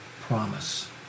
promise